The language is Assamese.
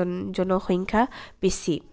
জন জনসংখ্যা বেছি